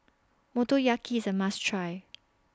Motoyaki IS A must Try